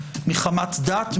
מחמת דת,